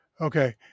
Okay